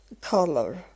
color